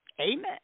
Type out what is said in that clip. amen